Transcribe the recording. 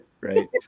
right